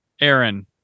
aaron